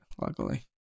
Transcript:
luckily